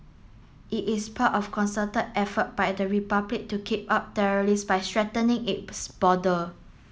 it is part of a concerted effort by the Republic to keep out terrorists by strengthening its border